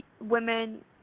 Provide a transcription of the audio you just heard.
women